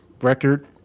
record